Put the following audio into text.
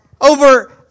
over